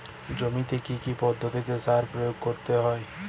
জমিতে কী কী পদ্ধতিতে সার প্রয়োগ করতে হয়?